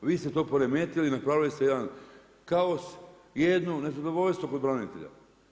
A vi ste to poremetili, napravili ste jedan kaos i jedno nezadovoljstvo kod branitelja.